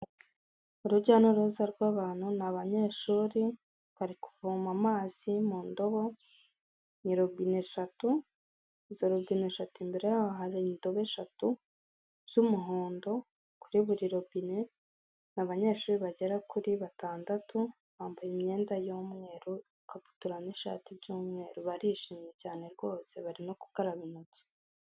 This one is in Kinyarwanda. Urujya n'uruza rw'abantu. Ni abanyeshuri bari kuvoma amazi mu ndobo. Ni robine eshatu, izo robine eshatu i mbere yazo hari indobo eshatu z'umuhondo. Kuri buri robine abanyeshuri bagera kuri batandatu bambaye imyenda y'umweru, ikabutura n'ishati by'umweru barishimye cyane rwose bari no gukaraba intoki.